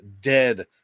dead